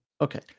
Okay